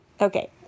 okay